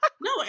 No